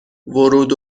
ورود